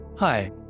Hi